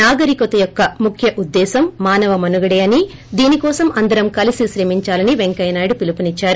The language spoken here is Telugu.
నాగరికత యొక్క ముఖ్య ఉద్దేశం మానవ మనగడే అని దీని కోసం అందరం కలిసి శ్రమిందాలని పెంకయ్యనాయుడు పిలుపునిచ్చారు